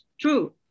true